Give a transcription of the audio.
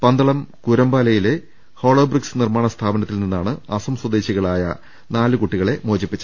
പന്തളം കുരമ്പാലയിലെ hollow bricks നിർമ്മാണ സ്ഥാപനത്തിൽ നിന്നാണ് അസം സ്വദേ ശികളായ നാല് കുട്ടികളെ മോചിപ്പിച്ചത്